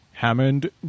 Hammond